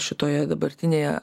šitoje dabartinėje